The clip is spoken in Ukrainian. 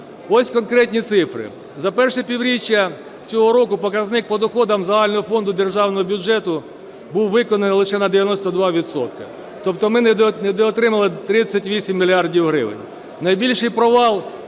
Ось конкретні цифри. За перше півріччя цього року показник по доходам загального фонду державного бюджету був виконаний лише на 92 відсотка. Тобто ми не доотримали 38 мільярдів гривень. Найбільший провал